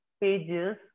pages